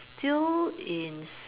still in